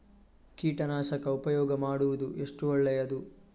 ಕೀಟನಾಶಕ ಉಪಯೋಗ ಮಾಡುವುದು ಎಷ್ಟು ಒಳ್ಳೆಯದು?